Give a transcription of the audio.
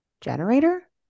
generator